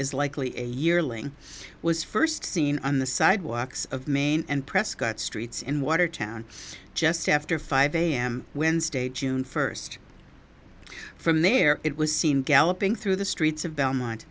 is likely a year ling was first seen on the sidewalks of maine and prescott streets in watertown just after five am wednesday june first from there it was seen galloping through the streets of belmont